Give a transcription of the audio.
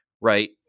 right